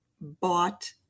bought